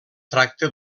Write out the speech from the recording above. tracta